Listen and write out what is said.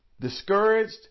discouraged